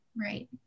Right